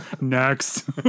Next